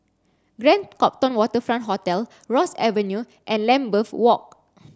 Grand Copthorne Waterfront Hotel Ross Avenue and Lambeth Walk